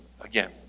again